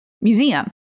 museum